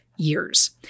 years